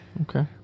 Okay